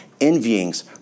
envyings